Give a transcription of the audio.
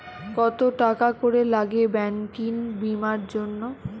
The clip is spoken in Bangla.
কত টাকা করে লাগে ব্যাঙ্কিং বিমার জন্য?